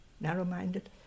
narrow-minded